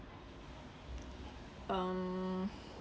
uh